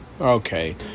Okay